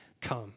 come